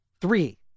three